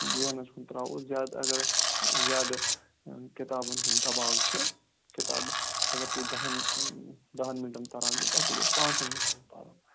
زہنَس کُن تراوَو زیادٕ اَگر أسۍ زیادٕ کِتابَن ہُنٛد دباو چھِ کتاب اَگر تُہۍ دَہَن دَہَن مِنٹَن پران توہہِ پَزیٚو پانٛژھَن مِنٹَن پَرُن